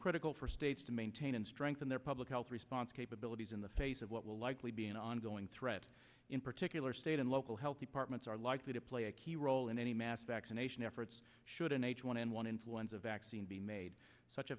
critical for states to maintain and strengthen their public health response capabilities in the face of what will likely be an ongoing threat in particular state and local health departments are likely to play a key role in any mass vaccination efforts should an h one n one influenza vaccine be made such a